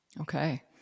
Okay